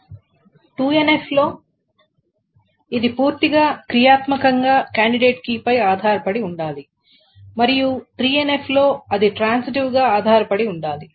2NF లో ఇది పూర్తిగా క్రియాత్మకంగా కాండిడేట్ కీ పై ఆధారపడి ఉండాలి మరియు 3NF లో అది ట్రాన్సిటివ్ గా ఆధారపడి ఉండాలి